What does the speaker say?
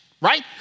Right